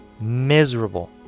miserable